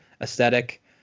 aesthetic